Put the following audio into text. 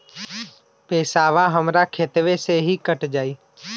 पेसावा हमरा खतवे से ही कट जाई?